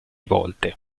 volte